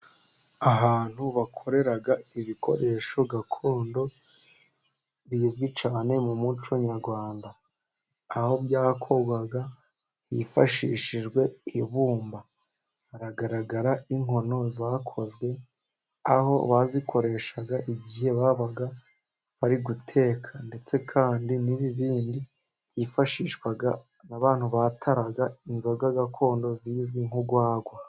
Ahantu bakorera ibikoresho gakondo, bizwi cyane mu muco nyarwanda. Aho byakorwaga hifashishijwe ibumba haragaragara inkono zakozwe aho bazikoreshaga igihe babaga bari guteka ndetse kandi n'bindi byifashishwaga n'abantu batara inzoga gakondo izwi nk'urwagwa.